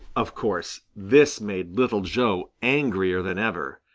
of course this made little joe angrier than ever.